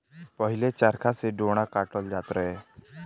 पहिले चरखा से डोरा काटल जात रहे